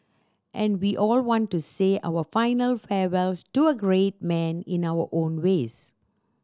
and we all want to say our final farewells to a great man in our own ways